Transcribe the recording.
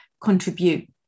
contribute